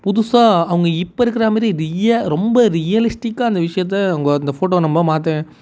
புதுசாக அவங்க இப்போ இருக்கிறா மாரி ரொம்ப ரியலிஸ்ட்டிக்காக அந்த விஷயத்தை அவங்க அந்த போட்டோவ நம்ம மாற்ற